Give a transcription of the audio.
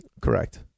Correct